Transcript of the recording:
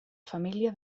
família